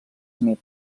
smith